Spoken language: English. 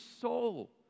soul